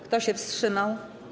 Kto się wstrzymał?